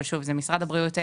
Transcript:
משרד הבריאות.